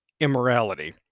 immorality